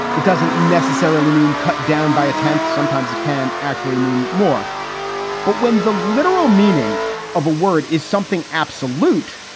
it doesn't necessarily mean cut down by a tenth. sometimes it can actually mean more but when the literal meaning of a word is something absolute,